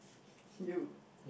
you